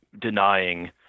denying